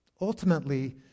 Ultimately